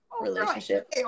relationship